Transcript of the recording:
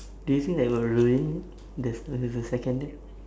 do you think that would ruin the the the second date